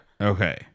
okay